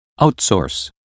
outsource